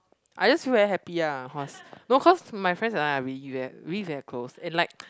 I just feel very happy ah of cause no cause my friends and I are really very really very close and like